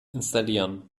installieren